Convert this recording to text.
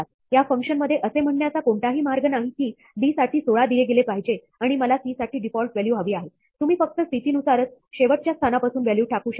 या फंक्शनमध्ये असे म्हणण्याचा कोणताही मार्ग नाही की d साठी 16 दिले गेले पाहिजे आणि मला c साठी डिफॉल्ट व्हॅल्यू हवी आहे तुम्ही फक्त स्थितीनुसारच शेवटच्या स्थानापासून व्हॅल्यू टाकू शकता